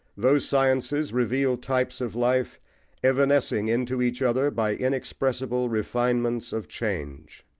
those sciences reveal types of life evanescing into each other by inexpressible refinements of change.